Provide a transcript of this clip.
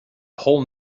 whole